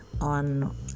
on